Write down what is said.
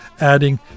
adding